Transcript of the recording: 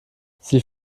sie